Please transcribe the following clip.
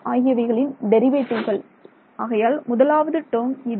ஆகியவைகளின் டெரிவேட்டிவ்கள் ஆகையால் முதலாவது டேர்ம் இது